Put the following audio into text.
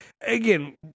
again